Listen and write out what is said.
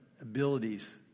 abilities